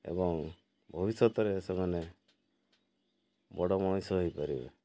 ଏବଂ ଭବିଷ୍ୟତରେ ସେମାନେ ବଡ଼ ମଣିଷ ହେଇପାରିବେ